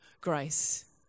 grace